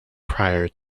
prior